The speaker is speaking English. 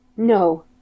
No